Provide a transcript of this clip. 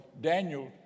Daniel